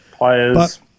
players